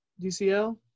DCL